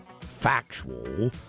factual